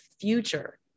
future